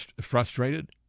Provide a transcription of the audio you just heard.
frustrated